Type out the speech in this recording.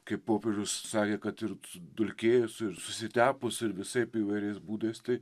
kaip popiežius sakė kad ir dulkėjusių susitepusių ir visaip įvairiais būdais tai